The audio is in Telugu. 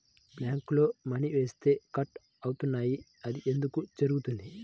బ్యాంక్లో మని వేస్తే కట్ అవుతున్నాయి అది ఎందుకు జరుగుతోంది?